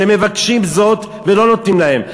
שמבקשים זאת ולא נותנים להם?